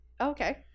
Okay